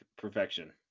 perfection